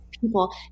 People